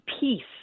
peace